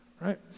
right